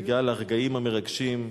מגיעה לרגעים המרגשים,